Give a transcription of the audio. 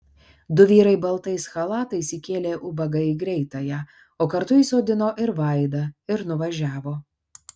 du vyrai baltais chalatais įkėlė ubagą į greitąją o kartu įsodino ir vaidą ir nuvažiavo